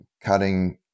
cutting